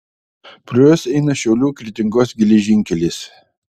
pro juos eina šiaulių kretingos geležinkelis